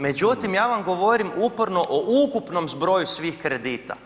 Međutim, ja vam govorim uporno o ukupnom zbroju svih kredita.